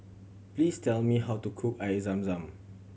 please tell me how to cook Air Zam Zam